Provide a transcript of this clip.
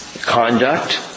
Conduct